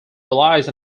relies